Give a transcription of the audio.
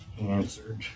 answered